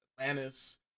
Atlantis